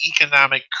economic